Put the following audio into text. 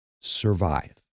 survive